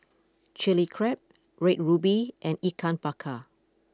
Chilli Crab Red Ruby and Ikan Bakar